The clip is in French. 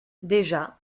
déjà